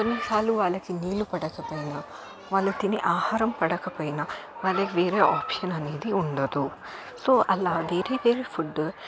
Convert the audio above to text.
కొన్నిసార్లు వాళ్ళకి నీళ్ళు పడకపోయినా వాళ్ళు తినే ఆహారం పడకపోయినా వాళ్ళకి వేరే ఆప్షన్ అనేది ఉండదు సో అలా వేరే వేరే ఫుడ్